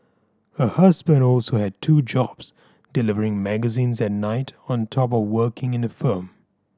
her husband also had two jobs delivering magazines at night on top of working in a firm